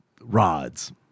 rods